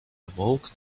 awoke